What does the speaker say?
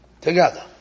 together